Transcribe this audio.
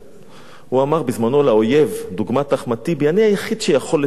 הוא אמר בזמנו לאויב דוגמת אחמד טיבי: אני היחיד שיכול לטפל בכם.